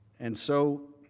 and so